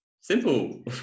simple